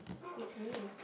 it me